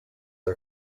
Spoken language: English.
are